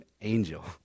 angel